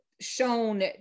shown